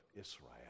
Israel